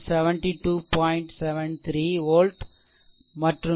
73 volt மற்றும் v 3 27